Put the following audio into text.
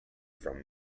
from